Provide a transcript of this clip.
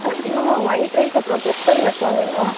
white rice அப்புறம் pepper rasam வேணும்